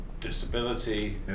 disability